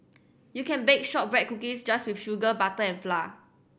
you can bake shortbread cookies just with sugar butter and flour